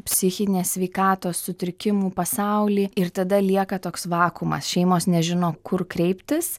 psichinės sveikatos sutrikimų pasaulį ir tada lieka toks vakuumas šeimos nežino kur kreiptis